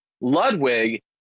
ludwig